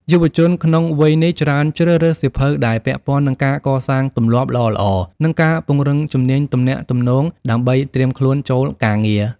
យុវជនក្នុងវ័យនេះ ច្រើនជ្រើសរើសសៀវភៅដែលពាក់ព័ន្ធនឹងការកសាងទម្លាប់ល្អៗ និងការពង្រឹងជំនាញទំនាក់ទំនងដើម្បីត្រៀមខ្លួនចូលការងារ។